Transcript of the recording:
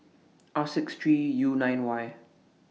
R six three U nine Y